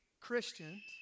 Christians